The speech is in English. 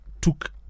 took